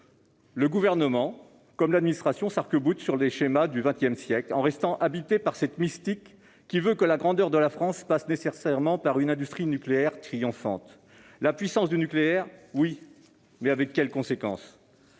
Le Gouvernement, comme l'administration, s'arc-boute sur des schémas du XX siècle, en restant habité par cette mystique qui veut que la grandeur de la France passe nécessairement par une industrie nucléaire triomphante. La puissance du nucléaire, oui, mais avec quelles conséquences ?